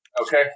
Okay